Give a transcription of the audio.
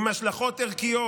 עם השלכות ערכיות,